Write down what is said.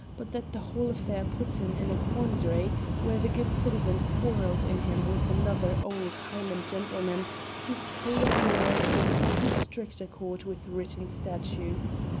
but that the whole affair put him in a quandary where the good citizen quarrelled in him with another old highland gentleman whose code of morals was not in strict accord with written statutes.